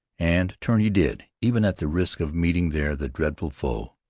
and turn he did even at the risk of meeting there the dreadful foe.